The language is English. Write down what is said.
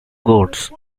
goats